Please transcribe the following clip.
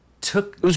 took